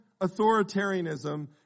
authoritarianism